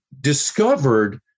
discovered